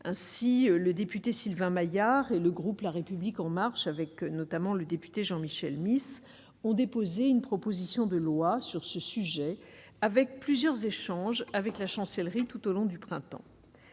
ainsi le député Sylvain Maillard et le groupe La République en marche, avec notamment le député Jean-Michel Miss ont déposé une proposition de loi sur ce sujet avec plusieurs échanges avec la chancellerie tout au long du printemps